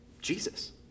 Jesus